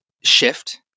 shift